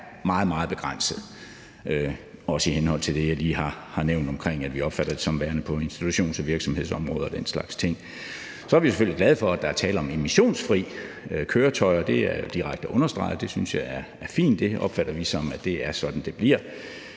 meget, meget begrænset, også i henhold til det, som jeg lige har nævnt, om, at vi opfatter det som værende på institutions- og virksomhedsområder og den slags ting. Så er vi selvfølgelig glade for, at der er tale om emissionsfri køretøjer, det er direkte understreget, og det synes jeg er fint, det opfatter vi, som at det er sådan, det bliver,